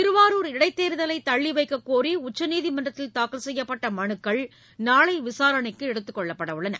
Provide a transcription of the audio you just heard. திருவாரூர் இடைத்தேர்தலை தள்ளிவைக்கக் கோரி உச்சநீதிமன்றத்தில் தாக்கல் செய்யப்பட்ட மனுக்கள் நாளை விசாரணைக்கு எடுத்துக் கொள்ளப்பட உள்ளன